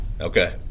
Okay